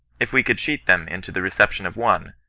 if we could cheat them into the reception of one,